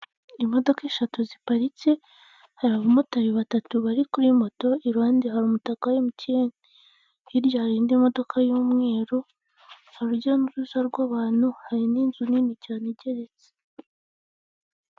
Imodoka eshatu ziparitse, hari abamotari batatu bari kuri moto, iruhande hari umutaka wa emutiyene, hirya hari indi modoka y'umweru, hari urujya n'uruza rw'abantu hari n'inzu nini cyane igeretse.